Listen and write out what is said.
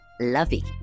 lovey